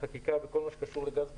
החקיקה וכל מה שקשור אגב בישראל,